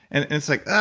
and it's like, ugh,